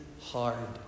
hard